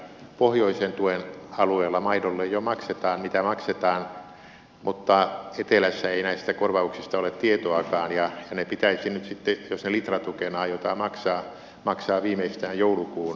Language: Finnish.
pohjoisen tuen alueella maidolle jo maksetaan mitä maksetaan mutta etelässä ei näistä korvauksista ole tietoakaan ja ne pitäisi nyt sitten jos ne litratukena aiotaan maksaa maksaa viimeistään joulukuun tuotannolle